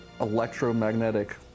electromagnetic